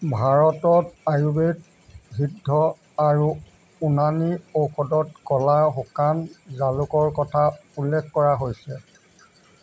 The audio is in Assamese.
ভাৰতত আয়ুৰ্বেদ সিদ্ধ আৰু উনানী ঔষধত ক'লা শুকান জালুকৰ কথা উল্লেখ কৰা হৈছে